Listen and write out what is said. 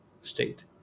state